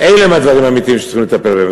אלה הם הדברים האמיתיים שצריכים לטפל בהם.